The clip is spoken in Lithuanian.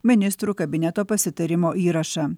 ministrų kabineto pasitarimo įrašą